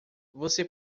você